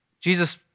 Jesus